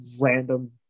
random